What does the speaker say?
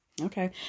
Okay